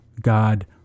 God